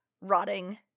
rotting